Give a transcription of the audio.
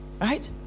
Right